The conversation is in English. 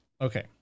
okay